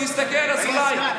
תסתכל, אזולאי.